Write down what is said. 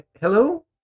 Hello